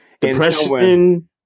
depression